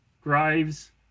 Graves